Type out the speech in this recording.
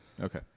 Okay